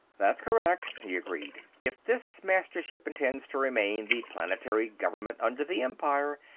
that's correct, he agreed. if this mastership intends to remain the planetary government under the empire,